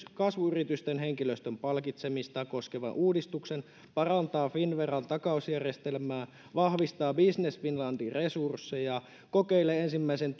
kasvuyritysten henkilöstön palkitsemista koskevan uudistuksen parantaa finnveran takausjärjestelmää vahvistaa business finlandin resursseja kokeilee ensimmäisen